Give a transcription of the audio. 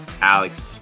alex